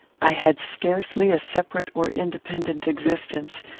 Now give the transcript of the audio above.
i had scarcely a separate or independent existence,